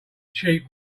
cheap